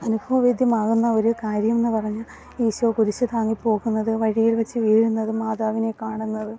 അനുഭവവേദ്യമാകുന്ന ഒരു കാര്യമെന്നു പറഞ്ഞാല് ഈശോ കുരിശ് താങ്ങി പോകുന്നത് വഴിയിൽ വെച്ച് വീഴുന്നതും മാതാവിനെ കാണുന്നതും